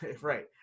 right